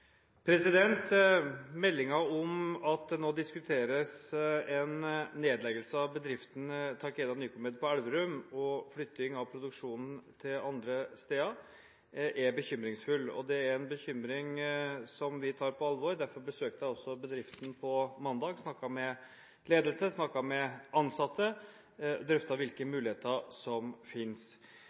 om at det nå diskuteres en nedleggelse av bedriften Takeda Nycomed på Elverum og flytting av produksjonen til andre steder er bekymringsfull, og det er en bekymring vi tar på alvor. Derfor besøkte jeg også bedriften på mandag, snakket med ledelse og ansatte og drøftet hvilke muligheter som finnes.